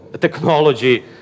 technology